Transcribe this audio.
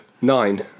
Nine